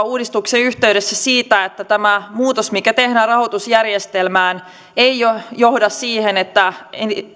uudistuksen yhteydessä siitä että tämä muutos mikä tehdään rahoitusjärjestelmään ei johda siihen että